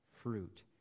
fruit